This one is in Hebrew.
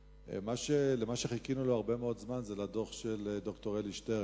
מה שחיכינו לו הרבה מאוד זמן הוא הדוח של ד"ר אלי שטרן,